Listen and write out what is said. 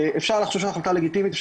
אפשר לחשוב שההחלטה לגיטימית,